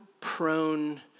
prone